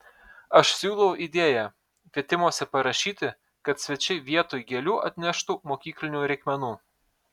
aš siūlau idėją kvietimuose parašyti kad svečiai vietoj gėlių atneštų mokyklinių reikmenų